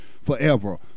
forever